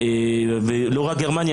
ולא רק גרמניה,